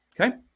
okay